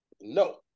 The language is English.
No